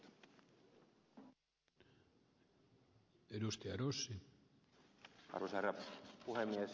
arvoisa herra puhemies